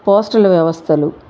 postal వ్యవస్థలు